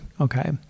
okay